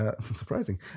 Surprising